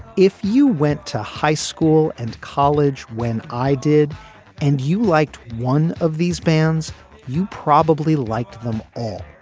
if you went to high school and college when i did and you liked one of these bands you probably liked them all.